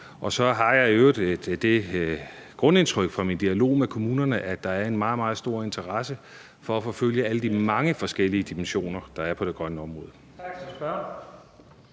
Og så har jeg i øvrigt det grundindtryk fra min dialog med kommunerne, at der er en meget, meget stor interesse for at forfølge alle de mange forskellige dimensioner, der er på det grønne område.